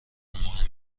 مهم